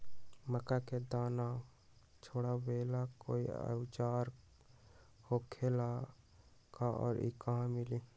मक्का के दाना छोराबेला कोई औजार होखेला का और इ कहा मिली?